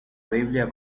biblia